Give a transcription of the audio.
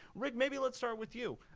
rick, maybe let's start with you.